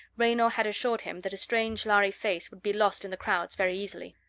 raynor had assured him that a strange lhari face would be lost in the crowds very easily.